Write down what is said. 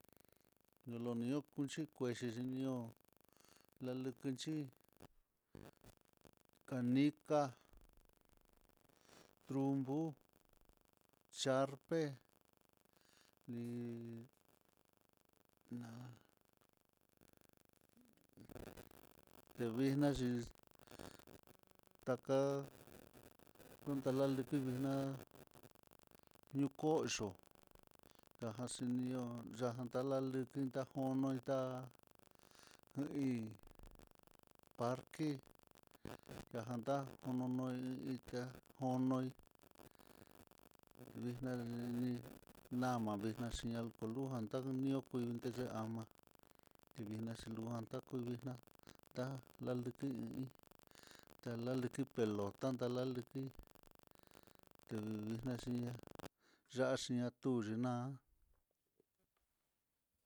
Lu lunio kuxhi kuexhi xhinió lalekenchí, canica, trompo, charpe, li ná tevixnaxi taka kunda lakivina niukoyo najan xhinilio ya'a jan tá likuitajon, noitá ku'í parke najan ta'á konono iin iti'á nonoi luxnia nini nama vexnia xhin alkolujan taniokuil teyeama livixna xhilujan takuvixná ta'a laliki, talaliki pelota, tan laliki tu uxvixná xhi'á ya'á xhinatux na'a.